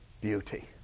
beauty